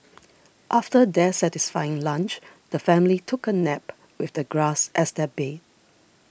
after their satisfying lunch the family took a nap with the grass as their bed